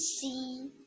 see